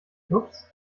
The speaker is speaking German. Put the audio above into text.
ups